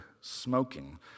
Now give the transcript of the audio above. smoking